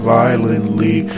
violently